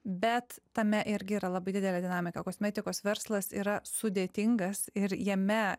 bet tame irgi yra labai didelė dinamika kosmetikos verslas yra sudėtingas ir jame